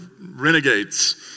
renegades